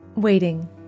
Waiting